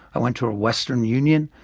i went to a western union.